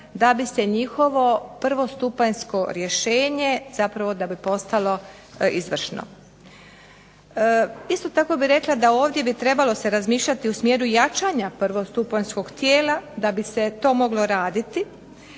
da bi se njihovo prvostupanjsko rješenje zapravo da bi postalo izvršno. Isto tako bih rekla da ovdje bi trebalo se razmišljati u smjeru jačanja prvostupanjskog tijela da bi se to moglo raditi,